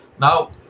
Now